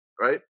right